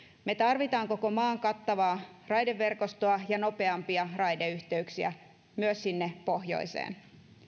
me tarvitsemme koko maan kattavaa raideverkostoa ja nopeampia raideyhteyksiä myös sinne pohjoiseen